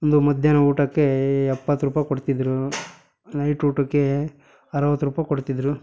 ಒಂದು ಮಧ್ಯಾಹ್ನ ಊಟಕ್ಕೆ ಎಪ್ಪತ್ತು ರೂಪಾಯಿ ಕೊಡ್ತಿದ್ದರು ನೈಟ್ ಊಟಕ್ಕೆ ಅರುವತ್ತು ರೂಪಾಯಿ ಕೊಡ್ತಿದ್ದರು